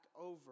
over